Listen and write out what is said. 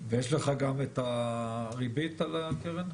יש לך גם את הריבית על הקרן?